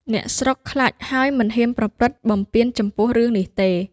អ្នកស្រុកខ្លាចហើយមិនហ៊ានប្រព្រឹត្ត បំពានចំពោះរឿងនេះទេ ។